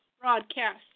broadcast